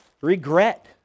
Regret